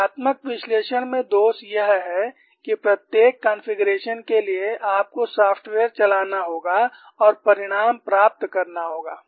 संख्यात्मक विश्लेषण में दोष यह है कि प्रत्येक कॉन्फ़िगरेशन के लिए आपको सॉफ़्टवेयर चलाना होगा और परिणाम प्राप्त करना होगा